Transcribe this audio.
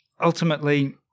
ultimately